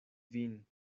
vin